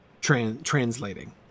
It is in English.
translating